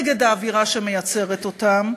נגד האווירה שמייצרת אותם.